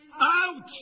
Out